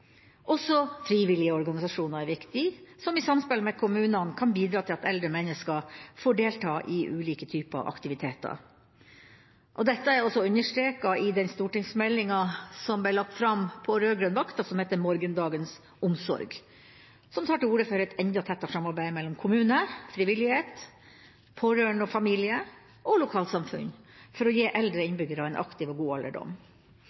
Også frivillige organisasjoner er viktige, som i samspill med kommunene kan bidra til at eldre mennesker får delta i ulike typer aktiviteter. Dette er også understreket i den stortingsmeldinga som ble lagt fram på rød-grønn vakt, som heter Morgendagens omsorg, og som tar til orde for et enda tettere samarbeid mellom kommunen, frivilligheten, pårørende og familie og lokalsamfunnet for å gi eldre innbyggere en aktiv og god alderdom.